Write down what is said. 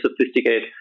sophisticated